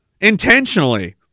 intentionally